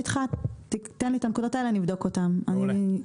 לגבי ה- Secondaryאני חושבת שאין בעיה,